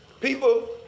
People